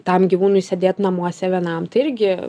tam gyvūnui sėdėt namuose vienam tai irgi